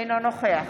אינו נוכח